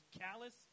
callous